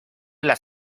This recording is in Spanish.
las